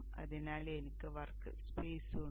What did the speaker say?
അതിനാൽ എനിക്ക് work space ഉണ്ട്